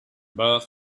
but